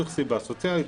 צריך סיבה סוציאלית,